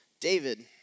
David